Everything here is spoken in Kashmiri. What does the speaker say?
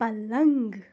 پلنٛگ